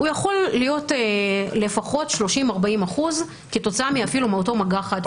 הוא יכול להיות לפחות 30%-40% כתוצאה אפילו מאותו מגע חד-פעמי.